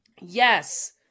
Yes